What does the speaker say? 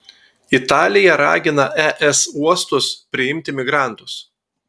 italija ragina es uostus priimti migrantus